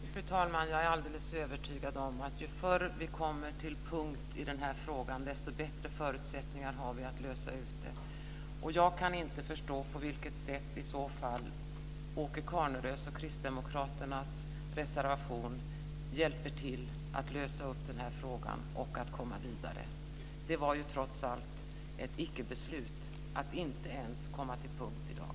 Fru talman! Jag är alldeles övertygad om att ju förr vi kommer till punkt i frågan desto bättre förutsättningar har vi att lösa den. Jag kan inte förstå på vilket sätt Åke Carnerös och kristdemokraternas reservation hjälper till att lösa frågan för att komma vidare. Det var trots allt ett icke-beslut att inte komma till punkt ens i dag.